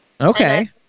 Okay